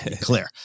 clear